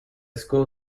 school